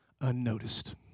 unnoticed